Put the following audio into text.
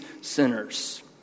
sinners